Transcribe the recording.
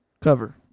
cover